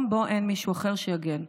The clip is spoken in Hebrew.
במקום שבו אין מישהו אחר שיגן.